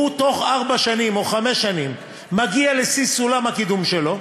והוא בתוך ארבע שנים או חמש שנים מגיע לשיא סולם הקידום שלו,